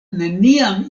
neniam